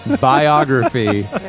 biography